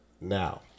now